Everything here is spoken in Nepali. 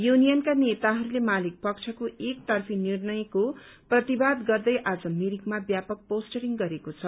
युनियनका नेताहरूले मालिकपक्षको एकतर्फी निर्णयको प्रतिवाद गर्दै आज मिरिकमा व्यापक पोस्टरिंग गरेको छ